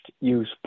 use